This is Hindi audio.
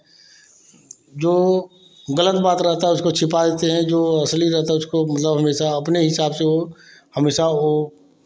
जो गलत बात रहता है उसको छुपा लेते हैं जो असली रहता है उसको मतलब हमेशा अपने हिसाब से वह हमेशा वह